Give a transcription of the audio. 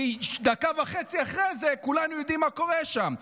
כי דקה וחצי אחרי זה כולנו יודעים מה קורה שם.